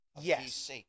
Yes